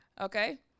Okay